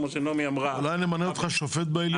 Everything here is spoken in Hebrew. כמו שנעמי אמרה --- אולי נמנה אותך שופט בעליון.